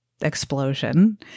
explosion